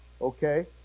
Okay